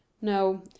No